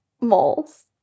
Malls